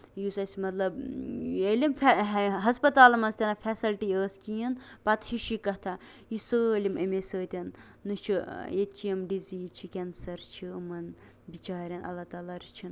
یُس اَسہِ مطلب ییٚلہِ ہَسپَتالَن منٛز تہِ نہٕ فیسَلٹی ٲس کِہیٖنٛۍ پَتہٕ ہِشی کَتھا یہِ سٲلِم اَمہِ سۭتۍ یہِ چھُ ییٚتہِ چہِ یِم ڈزیٖز چھِ کینسر چھُ یِمَن بِچاریَن اللہ تالا رٔچھِنۍ